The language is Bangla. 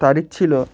তারিখ ছিল